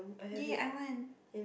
!yay! I want